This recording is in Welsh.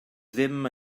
ddim